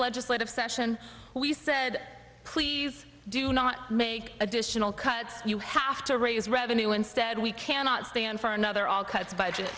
legislative session we said please do not make additional cuts you have to raise revenue instead we cannot stand for another all cuts budget